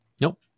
Nope